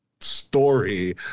Story